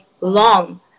long